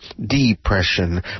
Depression